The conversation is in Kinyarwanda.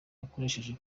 akoresheje